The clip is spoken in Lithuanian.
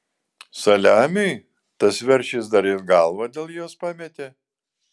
saliamiui tas veršis gal dar ir galvą dėl jos pametė